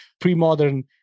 pre-modern